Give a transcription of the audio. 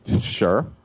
Sure